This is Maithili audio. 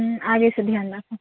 हुँ आगे से ध्यान राखब